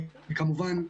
כמובן,